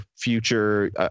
future